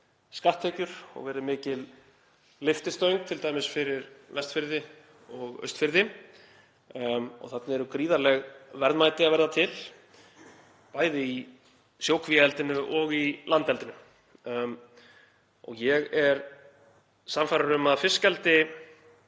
skatttekjur og verið mikil lyftistöng t.d. fyrir Vestfirði og Austfirði, og þarna eru gríðarleg verðmæti að verða til, bæði í sjókvíaeldinu og í landeldinu. Ég er sannfærður um að fiskeldi